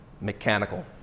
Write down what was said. mechanical